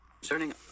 concerning